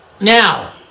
now